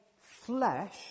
flesh